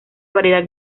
variedad